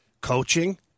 coaching